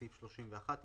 אתה